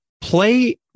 Play